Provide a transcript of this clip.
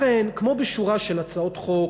לכן, כמו בשורה של הצעות חוק